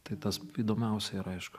tai tas įdomiausia yra aišku